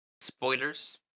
spoilers